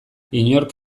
inork